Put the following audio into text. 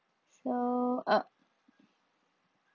so err